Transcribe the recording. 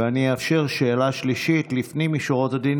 ואני אאפשר שאלה שלישית לפנים משורת הדין,